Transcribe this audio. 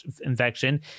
infection